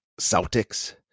Celtics